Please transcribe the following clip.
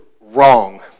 wrong